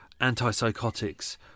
antipsychotics